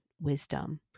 wisdom